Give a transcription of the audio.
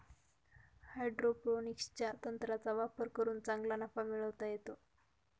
हायड्रोपोनिक्सच्या तंत्राचा वापर करून चांगला नफा मिळवता येतो